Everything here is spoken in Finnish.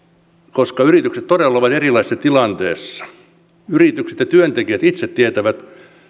koska yritykset todella ovat erilaisessa tilanteessa yritykset ja työntekijät itse tietävät